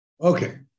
Okay